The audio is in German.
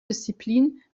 disziplinen